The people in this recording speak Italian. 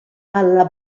alla